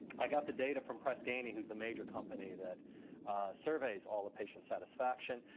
i got the data from press ganey, who's the major company that surveys all the patient satisfaction.